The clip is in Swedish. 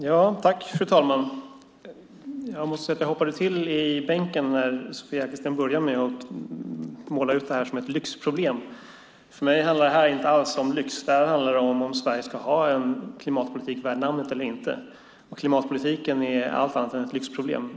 Fru talman! Jag måste säga att jag hoppade till i bänken när Sofia Arkelsten började med att måla ut det här som ett lyxproblem. För mig handlar det inte alls om lyx, utan det handlar om ifall Sverige ska ha en klimatpolitik värd namnet eller inte. Klimatpolitiken är allt annat än ett lyxproblem.